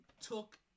took